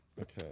Okay